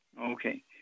Okay